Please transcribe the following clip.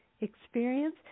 experience